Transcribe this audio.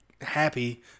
happy